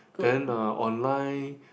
then uh online